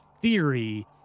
theory